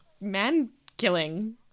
man-killing